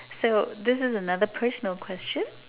so this is another personal question